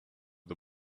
the